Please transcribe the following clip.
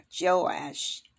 Joash